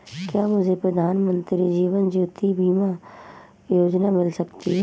क्या मुझे प्रधानमंत्री जीवन ज्योति बीमा योजना मिल सकती है?